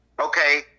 Okay